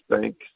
thanks